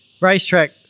Racetrack